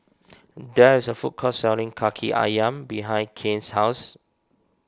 there is a food court selling Kaki Ayam behind Kane's house